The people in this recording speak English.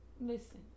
listen